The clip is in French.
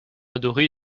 adoré